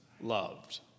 loved